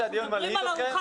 על התקופה